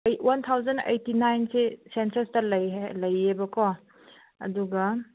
eight one thousand eighty ꯅꯥꯏꯟꯁꯦ ꯁꯦꯟꯁꯁꯇ ꯂꯩꯌꯦꯕꯀꯣ ꯑꯗꯨꯒ